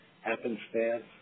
happenstance